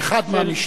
אחד מהמשנים.